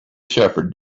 shepherd